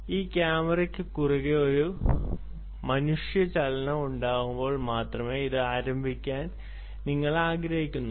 ഈ ക്യാമറയ്ക്ക് കുറുകെ ഒരു മനുഷ്യ ചലനം ഉണ്ടാകുമ്പോൾ മാത്രമേ അത് ആരംഭിക്കാൻ നിങ്ങൾ ആഗ്രഹിക്കുന്നുള്ളൂ